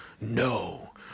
no